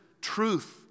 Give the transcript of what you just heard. truth